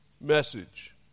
message